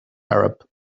arab